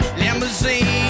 limousine